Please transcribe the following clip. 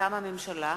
מטעם הממשלה,